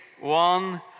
one